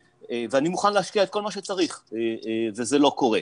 ואני מוכן להשקיע את כל מה שצריך וזה לא קורה.